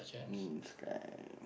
means like